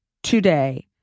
today